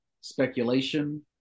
speculation